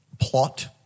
plot